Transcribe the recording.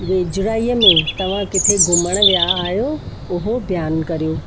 वेझड़ाईअ में तव्हां किथे घुमण विया आयो उहो बयानु करियो